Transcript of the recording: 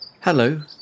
Hello